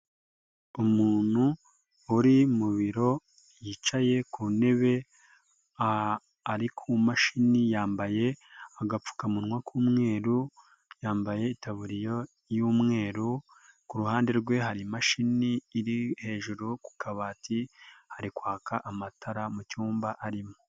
Umuntu uri mu biro yicaye ku ntebe ari ku mashini yambaye agapfukamunwa k'umweru, yambaye itabuririya yu'umweru, kuruhande rwe hari imashini iri hejuru ku kabati, hari kwaka amatara mu cyumba arimo.